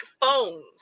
phones